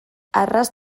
arras